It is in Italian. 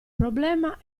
problema